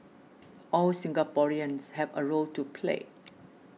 all Singaporeans have a role to play